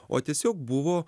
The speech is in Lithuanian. o tiesiog buvo